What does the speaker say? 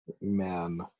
man